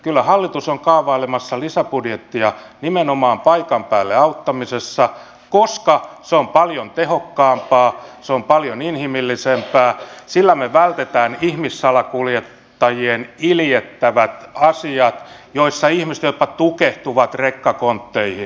kyllä hallitus on kaavailemassa lisäbudjettia nimenomaan paikan päällä auttamiseen koska se on paljon tehokkaampaa se on paljon inhimillisempää ja sillä me vältämme ihmissalakuljettajien iljettävät asiat joissa ihmiset jopa tukehtuvat rekkakontteihin